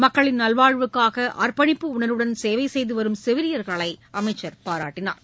மக்களின் நல்வாழ்வுக்காகஅர்ப்பணிப்பு உணர்வுடன் சேவைசெய்துவரும் செவிலியர்களைஅமைச்சர் பாராட்டினார்